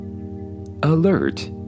Alert